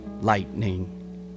lightning